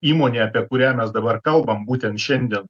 įmonė apie kurią mes dabar kalbam būtent šiandien